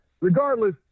Regardless